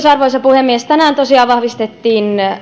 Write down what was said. arvoisa puhemies tänään tosiaan vahvistettiin